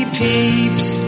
peeps